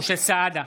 משה סעדה,